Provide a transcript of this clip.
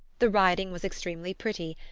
the riding was extremely pretty,